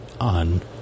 on